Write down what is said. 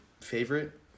favorite